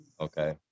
Okay